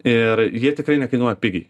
ir jie tikrai nekainuoja pigiai